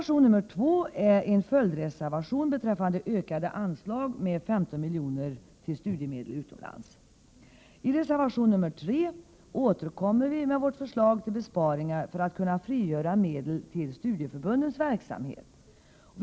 I reservation 3 återkommer vi med vårt förslag till besparingar för att kunna frigöra medel till studieförbundens verksamhet.